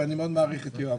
ואני מאוד מעריך את יואב.